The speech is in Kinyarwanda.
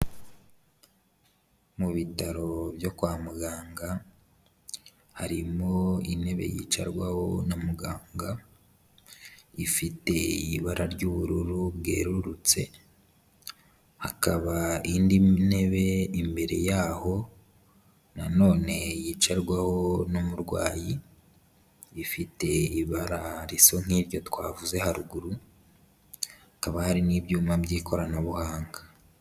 Mu bitaro byo kwa muganga, harimo intebe yicarwaho na muganga, ifite ibara ry'ubururu bwerurutse, hakaba indi ntebe imbere yaho, nanone yicarwaho n'umurwayi, ifite ibara risa nk'iryo twavuze haruguru, hakaba hari n'ibyuma by'ikoranabuhanga.